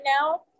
now